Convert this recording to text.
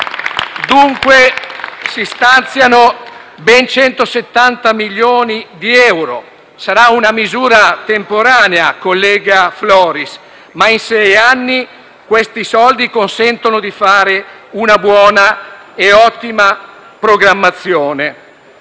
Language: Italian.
dunque, si stanziano ben 170 milioni di euro. Sarà una misura temporanea, collega Floris, ma in sei anni questi soldi consentono di fare una buona e ottima programmazione.